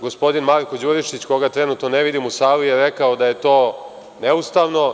Gospodin Marko Đurišić, koga trenutno ne vidim u sali, je rekao da je to neustavno.